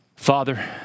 Father